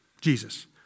Jesus